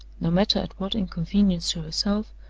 no matter at what inconvenience to herself,